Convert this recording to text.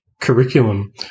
curriculum